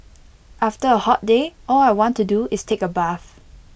after A hot day all I want to do is take A bath